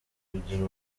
kugira